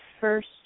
first